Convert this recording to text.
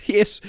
Yes